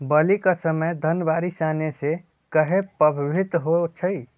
बली क समय धन बारिस आने से कहे पभवित होई छई?